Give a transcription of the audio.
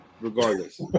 regardless